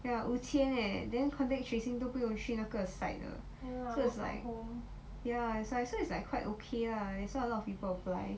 ya 五千 leh then contact tracing 都不用去那个 site de so it's like ya so~ so it's like quite okay lah that's why a lot of people apply